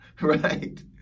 Right